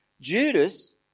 Judas